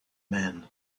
man